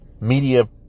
media